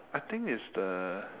I think it's the